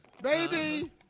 baby